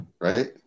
Right